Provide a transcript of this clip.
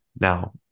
Now